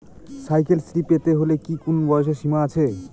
Cycle Shri পেতে হলে কি কোনো বয়সের সীমা আছে?